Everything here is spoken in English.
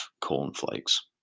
cornflakes